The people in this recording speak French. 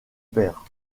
père